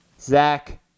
Zach